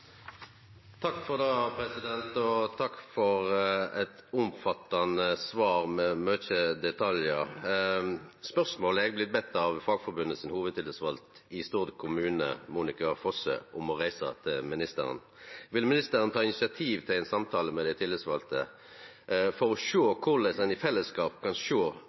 Takk for eit omfattande svar med mykje detaljar. Eg er blitt beden av Monica Fosse, hovudtillitsvald i Fagforbundet i Stord kommune, om å reise følgjande spørsmål: Vil ministeren ta initiativ til ein samtale med dei tillitsvalde for å sjå korleis ein i fellesskap kan